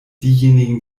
diejenigen